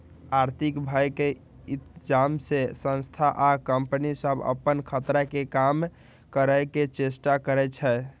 आर्थिक भय के इतजाम से संस्था आ कंपनि सभ अप्पन खतरा के कम करए के चेष्टा करै छै